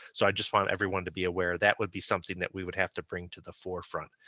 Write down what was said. so i just want everyone to be aware that would be something that we would have to bring to the forefront,